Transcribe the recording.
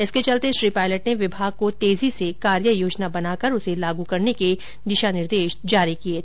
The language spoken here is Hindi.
इसके चलते श्री पायलट ने विभाग को तेजी से कार्य योजना बनाकर उसे लागू करने के दिशा निर्देश जारी किये हैं